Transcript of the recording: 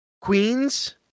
Queens